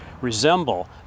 resemble